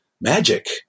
magic